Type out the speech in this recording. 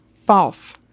False